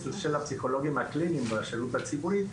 של הפסיכולוגים הקליניים בשירות הציבורי,